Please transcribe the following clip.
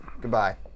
Goodbye